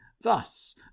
Thus